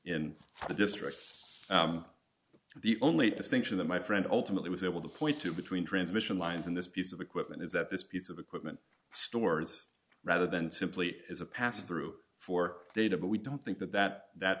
in the district the only distinction that my friend ultimately was able to point to between transmission lines in this piece of equipment is that this piece of equipment stores rather than simply is a pass through for data but we don't think that that